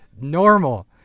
normal